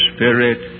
Spirit